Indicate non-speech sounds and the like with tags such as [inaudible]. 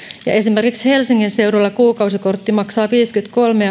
ja esimerkiksi helsingin seudulla kuukausikortti maksaa viisikymmentäkolme [unintelligible]